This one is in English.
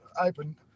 open